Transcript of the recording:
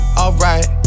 alright